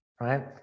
right